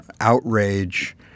outrage